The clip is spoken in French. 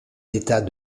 état